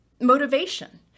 motivation